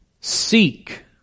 seek